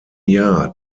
jahr